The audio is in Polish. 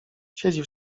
siedzi